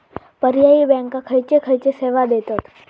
पर्यायी बँका खयचे खयचे सेवा देतत?